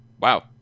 Wow